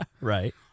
Right